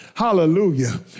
Hallelujah